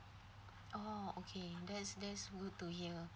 oh okay that's that's good to hear